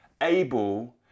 able